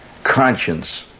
Conscience